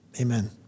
amen